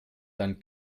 dann